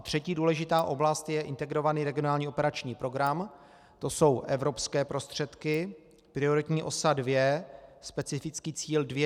Třetí důležitá oblast je Integrovaný regionální operační program, to jsou evropské prostředky Prioritní osa 2, specifický cíl 2.4.